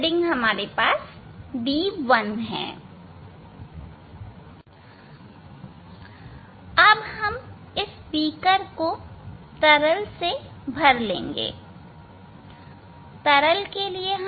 फिर हम बीकर को तरल से भर लेंगे